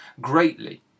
greatly